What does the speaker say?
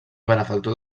benefactor